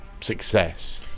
success